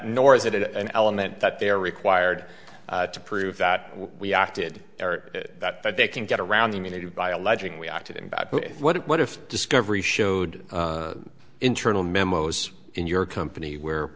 nor is it an element that they're required to prove that we acted or that they can get around the immunity by alleging we acted in bad what if discovery showed internal memos in your company where